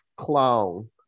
Clown